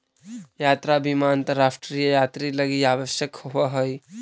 यात्रा बीमा अंतरराष्ट्रीय यात्रि लगी आवश्यक होवऽ हई